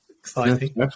exciting